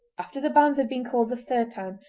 after the banns had been called the third time,